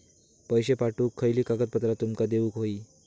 पैशे पाठवुक खयली कागदपत्रा तुमका देऊक व्हयी?